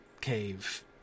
cave